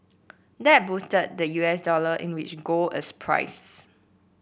that boosted the U S dollar in which gold is priced